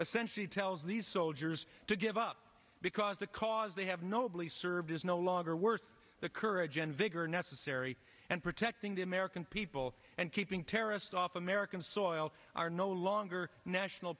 essentially tells these soldiers to give up because the cause they have nobley served is no longer worth the courage and vigor necessary and protecting the american people and keeping terrorists off american soil are no longer national